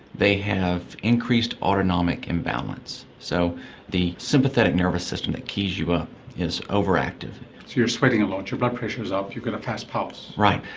they have increased autonomic imbalance. so the sympathetic nervous system that keys you up is overactive. so you're sweating a lot, your blood pressure is up, you've got a fast pulse. right,